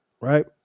right